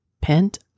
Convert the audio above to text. pent